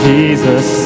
Jesus